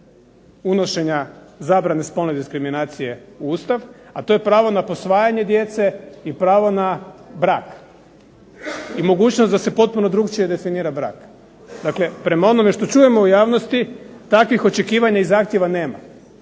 unošenja zabrane spolne diskriminacije u Ustav, a to je na posvajanje djece i pravo na brak i mogućnost da se potpuno drugačije definira brak. Dakle, prema onome što čujemo u javnosti takvih očekivanja i zahtjeva nema.